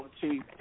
chief